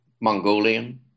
Mongolian